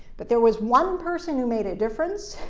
but there was one person who made a difference,